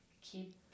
keep